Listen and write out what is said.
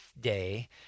day